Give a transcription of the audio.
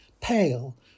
pale